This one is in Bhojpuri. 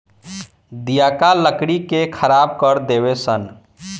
दियाका लकड़ी के खराब कर देवे ले सन